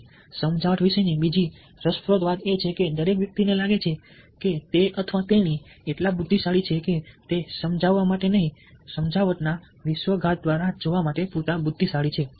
અને સમજાવટ વિશેની બીજી રસપ્રદ બાબત એ છે કે દરેક વ્યક્તિને લાગે છે કે તે અથવા તેણી એટલા બુદ્ધિશાળી છે કે તે સમજાવવા માટે નહીં સમજાવટના વિશ્વાસઘાત દ્વારા જોવા માટે પૂરતા બુદ્ધિશાળી છે